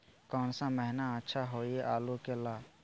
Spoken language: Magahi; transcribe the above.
कौन सा महीना अच्छा होइ आलू के ला?